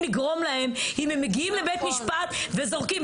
לגרום להם אם הם מגיעים לבית משפט וזורקים.